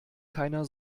keiner